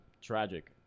tragic